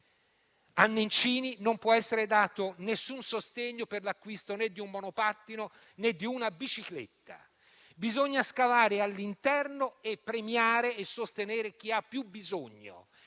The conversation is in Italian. a Nencini non può essere dato alcun sostegno per l'acquisto di un monopattino, né di una bicicletta; bisogna scavare all'interno e premiare e sostenere chi ha più bisogno.